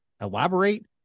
elaborate